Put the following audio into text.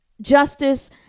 justice